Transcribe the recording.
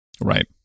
Right